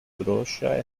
trouxa